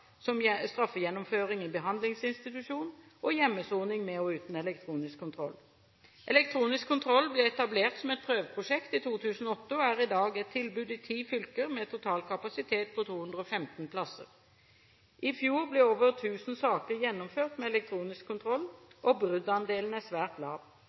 som straffegjennomføring i behandlingsinstitusjon og hjemmesoning med og uten elektronisk kontroll. Elektronisk kontroll ble etablert som et prøveprosjekt i 2008, og er i dag et tilbud i ti fylker med en total kapasitet på 215 plasser. I fjor ble over 1 000 saker gjennomført med elektronisk kontroll, og bruddandelen er svært lav.